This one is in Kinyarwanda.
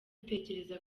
utekereza